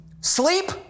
Sleep